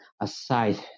aside